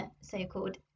so-called